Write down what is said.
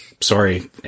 sorry